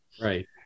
right